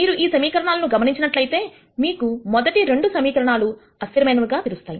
మీరు ఈ సమీకరణాలను గమనించినట్లయితే మీకు మొదటి రెండు సమీకరణాలు అస్థిరమైనవిగా తెలుస్తాయి